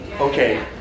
okay